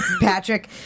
Patrick